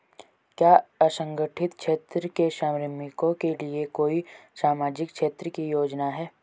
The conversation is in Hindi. क्या असंगठित क्षेत्र के श्रमिकों के लिए कोई सामाजिक क्षेत्र की योजना है?